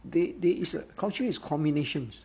they they is uh culture is combinations